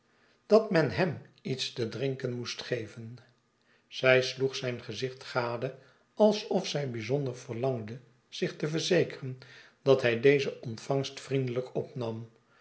dat men hem iets te drinken moest geven zij sloeg zijn gezicht gade alsof zij bijzonder verlangde zich te verzekeren dat hij deze ontvangst vriendelijk opnam